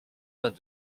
vingt